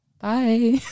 Bye